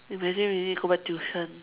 imagine really go back tuition